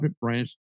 branch